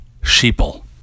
Sheeple